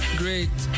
great